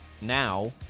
Now